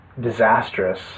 disastrous